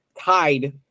tied